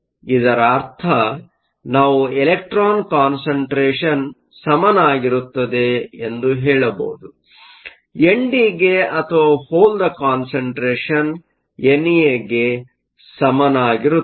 ಇದರರ್ಥ ನಾವು electron concentration concentration ಸಮಾನವಾಗಿರುತ್ತದೆ ಎಂದು ಹೇಳಬಹುದು ಎನ್ಡಿಗೆ ಅಥವಾ ಹೋಲ್ದ ಕಾನ್ಸಂಟ್ರೇಷನ್ ಎನ್ಎಗೆ ಸಮಾನವಾಗಿರುತ್ತದೆ